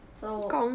so